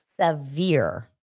severe